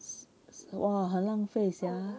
!wah! 很浪费 sia